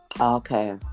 Okay